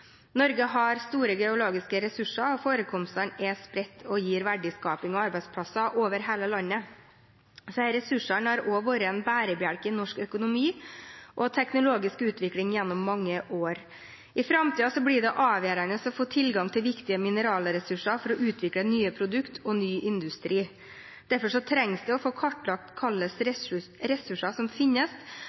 Norge har store geologiske ressurser. Forekomstene er spredt og gir verdiskaping og arbeidsplasser over hele landet. Disse ressursene har også vært en bærebjelke i norsk økonomi og teknologisk utvikling gjennom mange år. I framtiden blir det avgjørende å få tilgang til viktige mineralressurser for å utvikle nye produkter og ny industri. Derfor trengs det å få kartlagt hvilke ressurser som finnes,